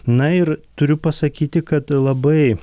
na ir turiu pasakyti kad labai